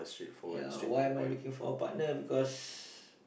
ya why am I looking for a partner because